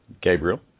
Gabriel